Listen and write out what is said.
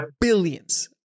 billions